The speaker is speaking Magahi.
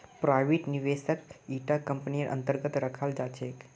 प्राइवेट निवेशकक इटा कम्पनीर अन्तर्गत रखाल जा छेक